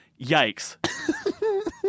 Yikes